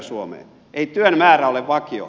ei työn määrä ole vakio